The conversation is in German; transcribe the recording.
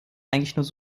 eigentlich